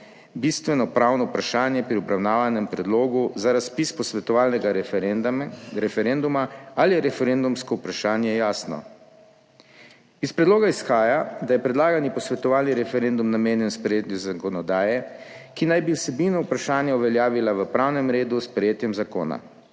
bistveno pravno vprašanje pri obravnavanem predlogu za razpis posvetovalnega referenduma, ali referendumsko vprašanje jasno. Iz predloga izhaja, da je predlagani posvetovalni referendum namenjen sprejetju zakonodaje, ki naj bi vsebino vprašanja uveljavila v pravnem redu s sprejetjem zakona.